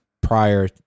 prior